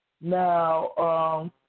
Now